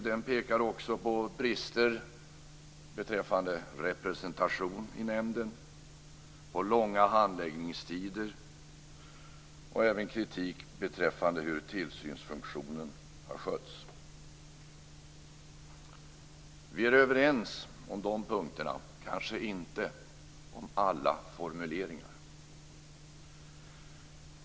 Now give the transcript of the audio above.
Den pekar också på brister beträffande representation i nämnden och långa handläggningstider. Det har också framförts kritik mot hur tillsynsfunktionen har skötts. Vi är överens om dessa punkter, men kanske inte om alla formuleringar.